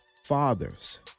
fathers